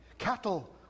Cattle